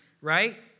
right